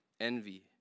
envy